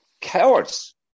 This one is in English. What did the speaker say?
cowards